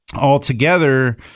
Altogether